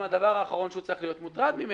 הדבר האחרון שהוא צריך להיות מוטרד ממנו,